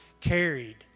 carried